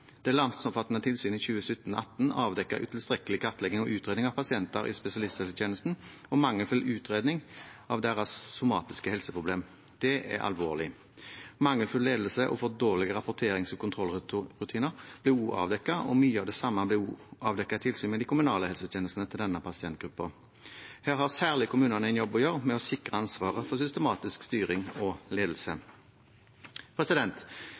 Det landsomfattende tilsynet i 2017/2018 avdekket utilstrekkelig kartlegging og utredning av pasienter i spesialisthelsetjenesten og mangelfull utredning av deres somatiske helseproblemer. Det er alvorlig. Mangelfull ledelse og for dårlige rapporterings- og kontrollrutiner ble også avdekket, og mye av det samme ble avdekket i tilsynet med de kommunale helsetjenestene til denne pasientgruppen. Her har særlig kommunene en jobb å gjøre med å sikre ansvaret for systematisk styring og ledelse.